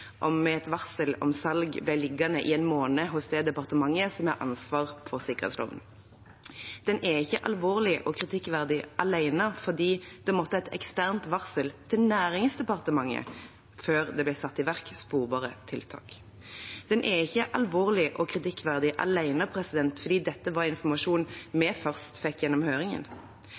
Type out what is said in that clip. med varsel om salg ble liggende i en måned hos det departementet som har ansvar for sikkerhetsloven. Den er ikke alvorlig og kritikkverdig alene fordi det måtte et eksternt varsel til Næringsdepartementet til før det ble satt i verk sporbare tiltak. Den er ikke alvorlig og kritikkverdig alene fordi dette var informasjon vi først fikk gjennom høringen.